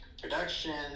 production